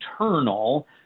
eternal